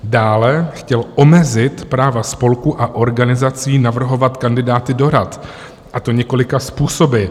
Dále chtěl omezit práva spolků a organizací navrhovat kandidáty do rad, a to několika způsoby.